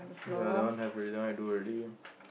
ya that one have already that I do already